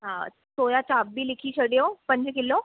हा सोया चाप बि लिखी छॾियो पंज किलो